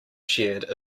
shared